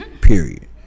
Period